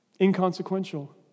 inconsequential